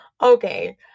okay